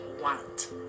want